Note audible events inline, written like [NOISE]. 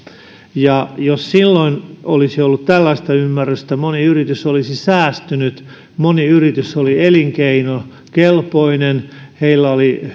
ja jos silloin olisi ollut tällaista ymmärrystä moni yritys olisi säästynyt moni yritys oli elinkeinokelpoinen heillä oli [UNINTELLIGIBLE]